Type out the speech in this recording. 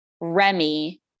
Remy